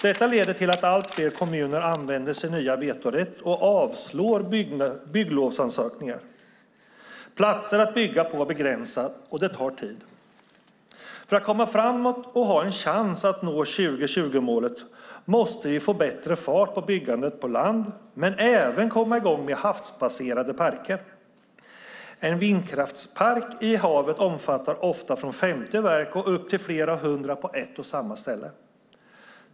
Det leder till att allt fler kommuner använder sin nya vetorätt och avslår bygglovsansökningar. Antalet platser för att bygga på är begränsat, och det tar tid. För att komma framåt och ha en chans att nå 2020-målet måste vi få bättre fart på byggandet på land men även komma i gång med havsbaserade parker. En vindkraftspark i havet omfattar ofta från 50 verk upp till flera hundra på ett och samma ställe.